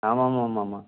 ஆமாம் ஆமாம் ஆமாம் ஆமாம்